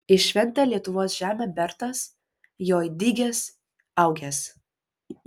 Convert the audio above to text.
į šventą lietuvos žemę bertas joj dygęs augęs